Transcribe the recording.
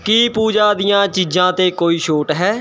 ਕੀ ਪੂਜਾ ਦੀਆਂ ਚੀਜ਼ਾਂ 'ਤੇ ਕੋਈ ਛੋਟ ਹੈ